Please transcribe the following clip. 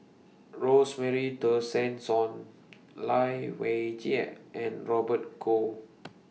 Rosemary Tessensohn Lai Weijie and Robert Goh